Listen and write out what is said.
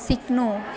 सिक्नु